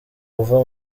uva